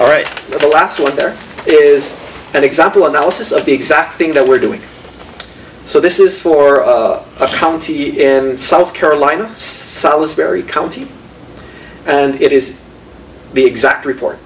all right but the last word there is an example analysis of the exact thing that we're doing so this is for a county in south carolina sol is very county and it is the exact report